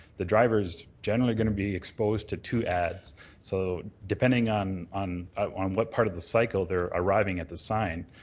the driver is generally going to be exposed to two ads so depending on on on what part of the cycle they're arriving at the sign,